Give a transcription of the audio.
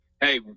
hey